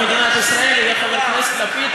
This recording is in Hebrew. במדינת ישראל יהיה חבר הכנסת לפיד.